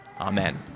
Amen